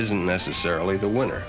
isn't necessarily the winner